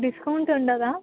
discount ఉండదా